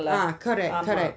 ah correct correct